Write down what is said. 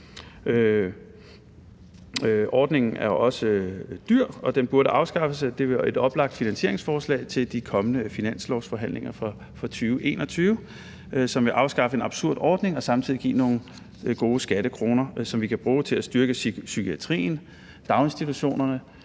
Ordningen er også dyr, og den burde afskaffes. Det er et oplagt som finansieringsforslag til de kommende finanslovsforhandlinger for 2021: Det ville afskaffe en absurd ordning og samtidig give nogle gode skattekroner, som vi kan bruge til at styrke psykiatrien, daginstitutionerne,